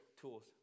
tools